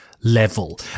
level